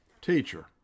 Teacher